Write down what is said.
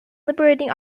liberating